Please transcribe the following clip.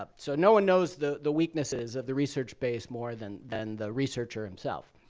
ah so no one knows the the weaknesses of the research base more than than the researcher himself.